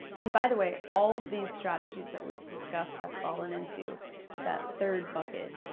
and by the way, all of these strategies that we've discussed have fallen into that third bucket,